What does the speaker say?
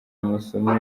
amasomo